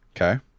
Okay